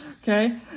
Okay